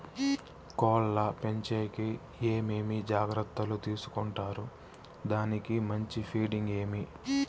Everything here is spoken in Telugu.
కోళ్ల పెంచేకి ఏమేమి జాగ్రత్తలు తీసుకొంటారు? దానికి మంచి ఫీడింగ్ ఏమి?